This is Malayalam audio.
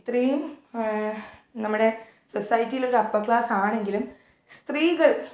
ഇത്രയും നമ്മുടെ സൊസൈറ്റീലൊരപ്പർ ക്ലാസാണെങ്കിലും സ്ത്രീകൾ